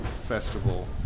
festival